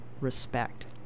respect